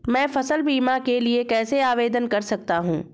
मैं फसल बीमा के लिए कैसे आवेदन कर सकता हूँ?